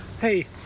hey